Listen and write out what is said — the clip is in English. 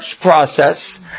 process